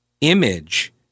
image